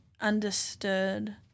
understood